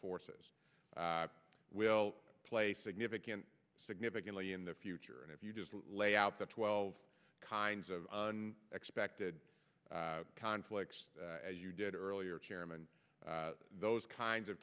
forces will play significant significantly in the future and if you just lay out the twelve kinds of expected conflicts as you did earlier chairman those kinds of